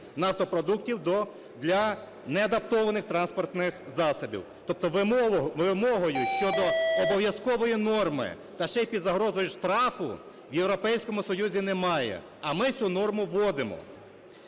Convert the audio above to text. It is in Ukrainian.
нафтопродуктів для неадаптованих транспортних засобів. Тобто вимогою щодо обов'язкової норми та ще і під загрозою штрафу в Європейському Союзі немає, а ми цю норму вводимо.